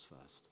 first